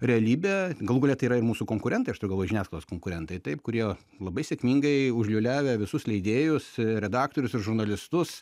realybę galų gale tai yra ir mūsų konkurentai aš turiu galvoj žiniasklaidos konkurentai taip kurie labai sėkmingai užliūliavę visus leidėjus redaktorius ir žurnalistus